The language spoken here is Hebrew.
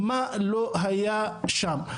מה לא היה שם.